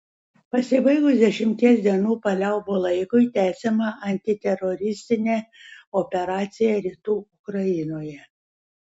pasibaigus dešimties dienų paliaubų laikui tęsiama antiteroristinė operacija rytų ukrainoje